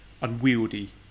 unwieldy